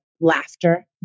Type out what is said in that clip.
laughter